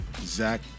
Zach